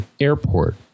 airport